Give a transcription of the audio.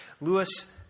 Lewis